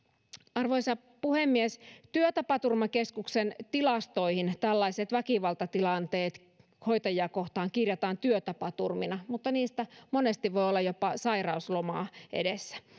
arvoisa puhemies työtapaturmakeskuksen tilastoihin tällaiset väkivaltatilanteet hoitajia kohtaan kirjataan työtapaturmina ja niistä monesti voi olla jopa sairauslomaa edessä